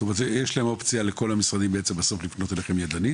זאת אומרת שבסוף לכל המשרדים יש את האופציה לפנות אליכם ידנית